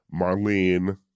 marlene